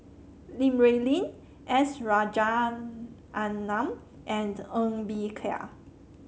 Li Rulin S Rajaratnam and Ng Bee Kia